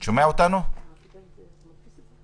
אני מבקש קודם כל לתקן איזו שגיאה ששגיתי בישיבה